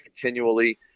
continually